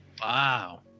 wow